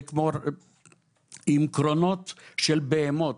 זה כמו עם קרונות של בהמות,